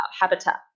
habitat